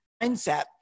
mindset